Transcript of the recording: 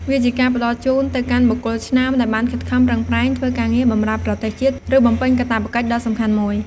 វាជាការផ្ដល់ជូនទៅកាន់បុគ្គលឆ្នើមដែលបានខិតខំប្រឹងប្រែងធ្វើការងារបម្រើប្រទេសជាតិ ឬបំពេញកាតព្វកិច្ចដ៏សំខាន់មួយ។